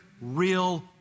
real